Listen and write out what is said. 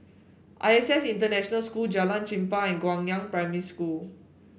I S S International School Jalan Chempah and Guangyang Primary School